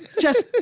jess,